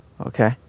Okay